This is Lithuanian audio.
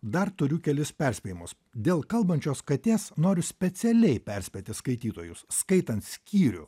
dar turiu kelis perspėjimus dėl kalbančios katės noriu specialiai perspėti skaitytojus skaitant skyrių